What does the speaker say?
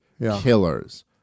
Killers